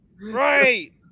Right